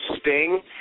Sting